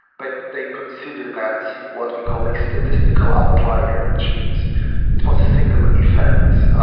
but they considered that what we call a statistical outlier, which means it was a single event.